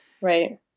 Right